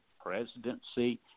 presidency